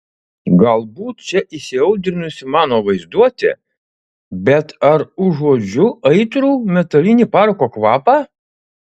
galbūt čia įsiaudrinusi mano vaizduotė bet ar užuodžiu aitrų metalinį parako kvapą